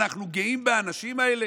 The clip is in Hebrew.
אנחנו גאים באנשים האלה,